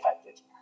affected